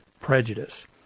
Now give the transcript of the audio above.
prejudice